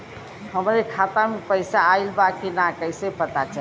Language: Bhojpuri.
हमरे खाता में पैसा ऑइल बा कि ना कैसे पता चली?